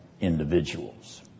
individuals